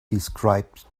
described